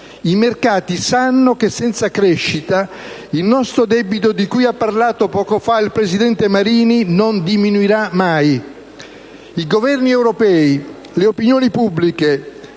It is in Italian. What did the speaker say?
I mercati sanno che senza crescita il nostro debito, di cui ha parlato poco fa il presidente Marini, non diminuirà mai. I Governi europei, le opinioni pubbliche,